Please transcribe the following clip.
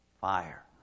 fire